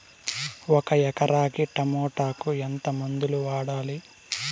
ఒక ఎకరాకి టమోటా కు ఎంత మందులు వాడాలి?